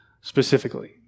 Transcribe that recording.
specifically